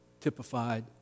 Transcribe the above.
typified